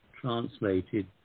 translated